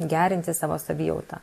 gerinti savo savijautą